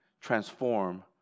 transform